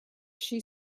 she